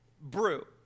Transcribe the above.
brew